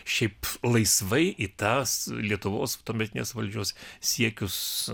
šiaip laisvai į tas lietuvos tuometinės valdžios siekius